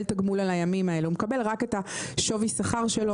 תגמול על הימים האלה אלא הוא מקבל רק את שווי השכר שלו,